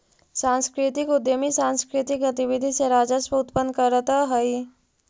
सांस्कृतिक उद्यमी सांकृतिक गतिविधि से राजस्व उत्पन्न करतअ हई